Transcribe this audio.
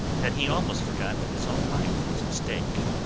that he almost forgot that his own life was at stake.